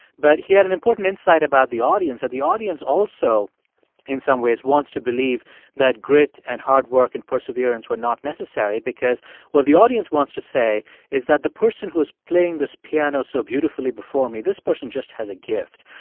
but he had an important insight about the audience, that the audience also in some ways wants to believe that grit and hard work and perseverance were not necessary because what the audience wants to say is that the person who is playing this piano so beautifully before me, this person just has a gift.